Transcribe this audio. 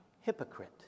Hypocrite